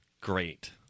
great